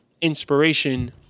Inspiration